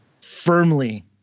firmly